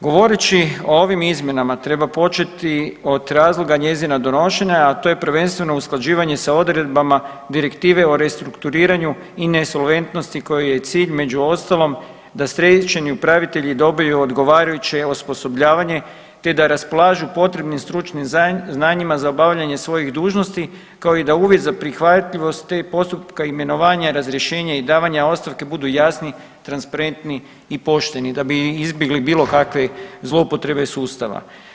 Govoreći o ovim izmjenama treba početi od razloga njezina donošenja, a to je prvenstveno usklađivanje sa odredbama Direktive o restrukturiranju i nesolventnosti kojoj je i cilj među ostalom da stečajni upravitelji dobiju odgovarajuće osposobljavanje, te da raspolažu potrebnim stručnim znanjima za obavljanje svojih dužnosti kao i da uvid za prihvatljivost, te postupka imenovanja i razrješenja i davanja ostavke budu jasni, transparentni i pošteni da bi izbjegli bilo kakve zloupotrebe sustava.